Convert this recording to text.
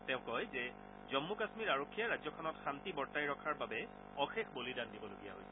তেওঁ কয় যে জম্মু কাম্মীৰ আৰক্ষীয়ে ৰাজ্যখনত শান্তি বৰ্তাই ৰখাৰ বাবে অশেষ বলিদান দিবলগীয়া হৈছে